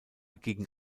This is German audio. gegen